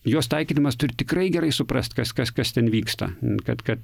juos taikydamas turi tikrai gerai suprast kas kas kas ten vyksta kad kad